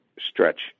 stretch